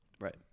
right